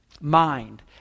mind